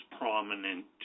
prominent